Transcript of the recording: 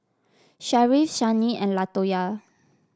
Sharif Shani and Latoya